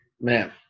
man